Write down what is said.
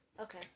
Okay